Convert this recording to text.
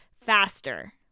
faster